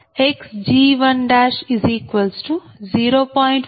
u xT10